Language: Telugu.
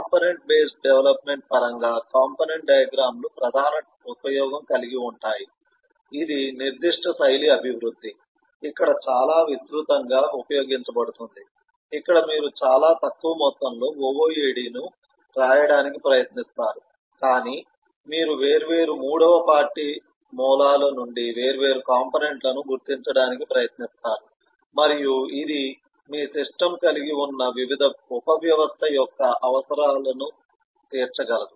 కాంపోనెంట్ బేస్డ్ డెవలప్మెంట్ పరంగా కాంపోనెంట్ డయాగ్రమ్ లు ప్రధాన ఉపయోగం కలిగివుంటాయి ఇది నిర్దిష్ట శైలి అభివృద్ధి ఇక్కడ చాలా విస్తృతంగా ఉపయోగించబడుతుంది ఇక్కడ మీరు చాలా తక్కువ మొత్తంలో OOAD ను రాయడానికి ప్రయత్నిస్తారు కాని మీరు వేర్వేరు మూడవ పార్టీ మూలాల నుండి వేర్వేరు కాంపోనెంట్ లను గుర్తించడానికి ప్రయత్నిస్తారు మరియు ఇది మీ సిస్టమ్ కలిగి ఉన్న వివిధ ఉపవ్యవస్థ యొక్క అవసరాలను తీర్చగలదు